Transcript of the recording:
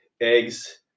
eggs